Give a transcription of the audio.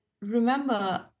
remember